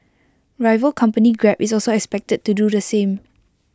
rival company grab is also expected to do the same